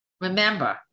remember